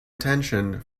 attention